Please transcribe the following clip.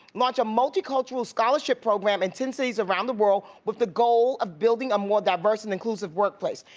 launch a multi-cultural scholarship program in ten cities around the world with the goal of building a more diverse and inclusive workplace.